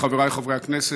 חבריי חברי הכנסת,